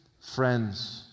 Friends